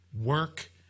work